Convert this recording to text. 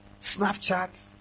Snapchat